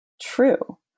true